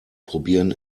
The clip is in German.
probieren